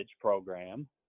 program